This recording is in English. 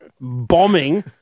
bombing